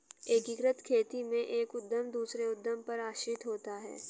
एकीकृत खेती में एक उद्धम दूसरे उद्धम पर आश्रित होता है